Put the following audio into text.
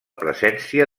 presència